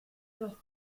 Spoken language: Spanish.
los